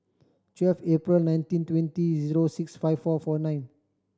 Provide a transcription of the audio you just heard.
twelve April nineteen twenty zero six five four four nine